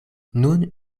nun